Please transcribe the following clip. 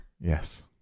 Yes